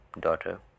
daughter